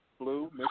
Blue